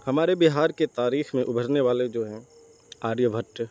ہمارے بہار کے تاریخ میں ابھرنے والے جو ہیں آریہ بھٹ